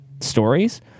stories